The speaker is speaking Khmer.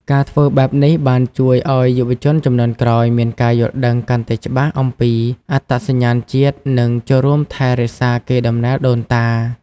ការធ្វើបែបនេះបានជួយឱ្យយុវជនជំនាន់ក្រោយមានការយល់ដឹងកាន់តែច្បាស់អំពីអត្តសញ្ញាណជាតិ និងចូលរួមថែរក្សាកេរដំណែលដូនតា។